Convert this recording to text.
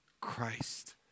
Christ